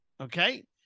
Okay